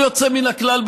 בלי יוצא מהכלל,